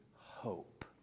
hope